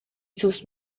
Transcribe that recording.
sus